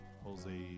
Jose